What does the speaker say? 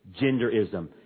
genderism